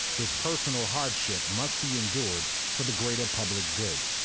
this personal hardship must be endured for the greater public good.